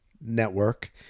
Network